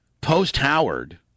post-Howard